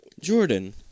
Jordan